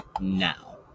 now